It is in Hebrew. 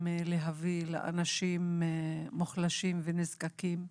להביא לאנשים מוחלשים ונזקקים וטוב,